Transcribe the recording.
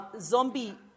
zombie